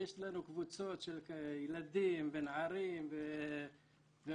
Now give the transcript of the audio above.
יש לנו קבוצות של ילדים ונערים ובוגרים